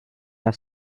are